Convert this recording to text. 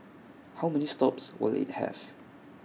how many stops will IT have